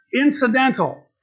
incidental